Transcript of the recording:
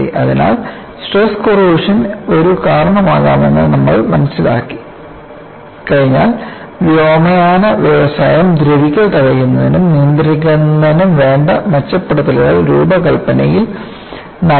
അതിനാൽ stress corrosion ഒരു കാരണമാകാമെന്ന് നമ്മൾ മനസ്സിലാക്കി കഴിഞ്ഞാൽ വ്യോമയാന വ്യവസായം ദ്രവിക്കൽ തടയുന്നതിനും നിയന്ത്രിക്കുന്നതിനും വേണ്ട മെച്ചപ്പെടുത്തലുകൾ രൂപകൽപ്പനയിൽ നടത്തി